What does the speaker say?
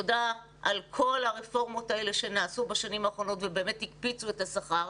תודה על כל הרפורמות האלה שנעשו בשנים האחרונות ובאמת הקפיצו את השכר,